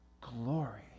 glory